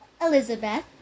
Elizabeth